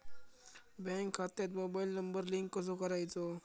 Bank खात्यात mobile number link कसो करायचो?